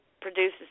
produces